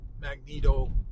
Magneto